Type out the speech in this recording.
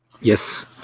Yes